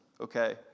okay